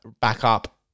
backup